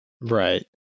Right